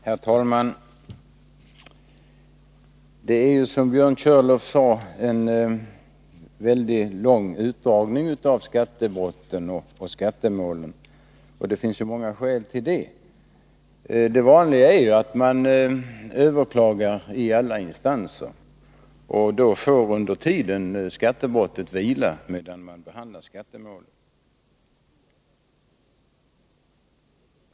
Herr talman! Det är ju, som Björn Körlof sade, en lång utdragning av skattebrotten och skattemålen, och det finns många skäl till det. Det vanliga är att man överklagar i alla instanser, och då får skattebrottet vila medan skattemålet behandlas.